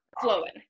Flowing